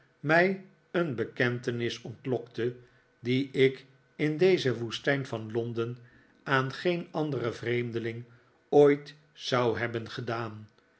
niij een bekentenis ontlokte die ik in deze woestijn van londen aan geen anderen vreemdeling ooit zou hebben gedaan